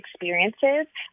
experiences